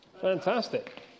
Fantastic